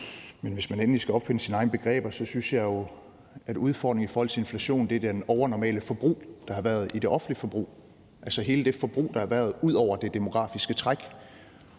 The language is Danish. Men hvis man endelig skal opfinde sine egne begreber, synes jeg, at udfordringen i forhold til inflation er det overnormale forbrug, der har været i det offentlige forbrug, altså hele det forbrug, der har været ud over det demografiske træk.